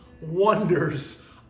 wonders